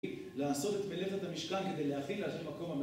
לעשות את מלאכת המשכן כדי להכין לה' מקום